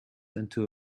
into